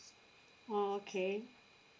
oh okay